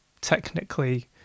technically